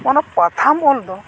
ᱚᱱᱟ ᱯᱟᱛᱷᱟᱢ ᱚᱞᱫᱚ